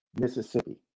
mississippi